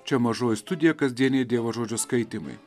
čia mažoji studija kasdieniai dievo žodžio skaitymai